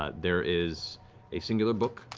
ah there is a singular book,